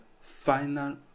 final